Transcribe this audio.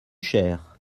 chères